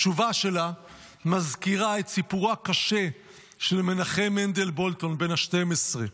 התשובה שלה מזכירה את סיפורו הקשה של מנחם מנדל בולטון בן ה-12,